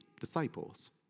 disciples